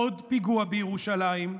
עוד פיגוע בירושלים.